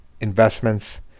investments